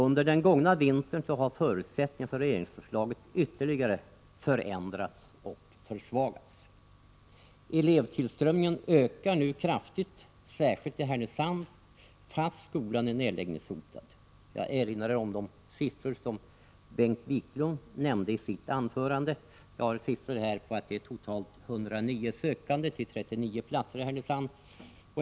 Under den gångna vintern har förutsättningarna för regeringsförslaget ytterligare förändrats och försvagats. Elevtillströmningen ökar nu kraftigt, särskilt i Härnösand, fast skolan är nedläggningshotad. Jag erinrar om de siffror Bengt Wiklund nämnde i sitt anförande. Jag har siffror här på att det är totalt 109 sökande till 39 platser i Härnösand.